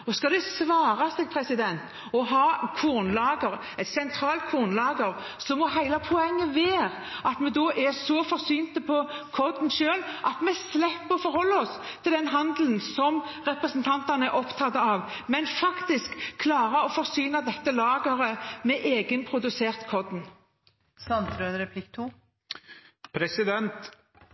Og hvis det skal svare seg å ha kornlager, et sentralt kornlager, må hele poenget være at vi er så forsynt med korn selv at vi slipper å forholde oss til den handelen som representanten er opptatt av, men at vi faktisk klarer å forsyne dette lageret med egenprodusert